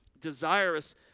desirous